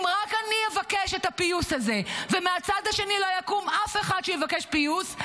אם רק אני אבקש את הפיוס הזה ומהצד השני לא יקום אף אחד שיבקש פיוס,